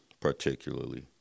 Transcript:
particularly